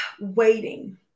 waiting